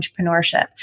entrepreneurship